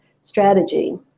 strategy